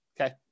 okay